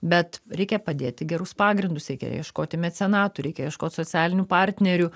bet reikia padėti gerus pagrindus reikia ieškoti mecenatų reikia ieškot socialinių partnerių